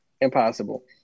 Impossible